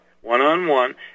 one-on-one